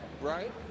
Right